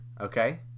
okay